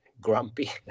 grumpy